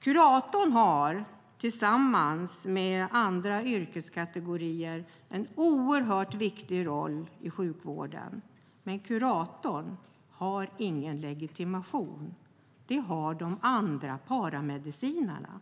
Kuratorn har tillsammans med andra yrkeskategorier en oerhört viktig roll i sjukvården, men kuratorn har ingen legitimation. Det har de andra paramedicinarna.